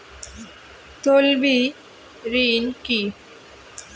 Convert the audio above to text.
তলবি ঋণ কি?